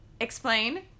explain